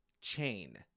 chain